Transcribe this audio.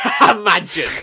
Imagine